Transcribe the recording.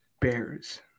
Bears